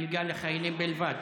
מלגה לחיילים בלבד,